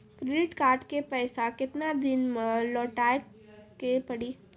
Credit card के पैसा केतना दिन मे लौटाए के पड़ी?